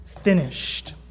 finished